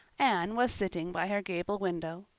anne was sitting by her gable window.